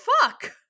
fuck